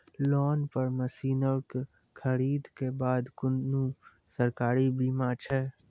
Loan पर मसीनऽक खरीद के बाद कुनू सरकारी बीमा छै?